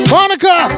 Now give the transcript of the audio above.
Monica